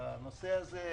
בנושא הזה.